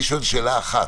אני שואל שאלה אחת.